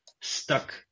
stuck